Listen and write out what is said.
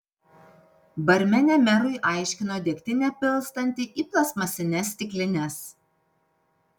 barmenė merui aiškino degtinę pilstanti į plastmasines stiklines